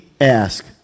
ask